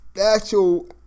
actual